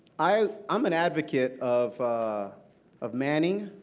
i'm i'm an advocate of ah of manning,